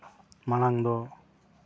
ᱢᱟᱲᱟᱝ ᱫᱚ